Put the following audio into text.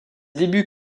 débuts